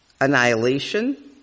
annihilation